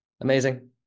amazing